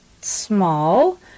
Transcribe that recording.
small